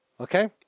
Okay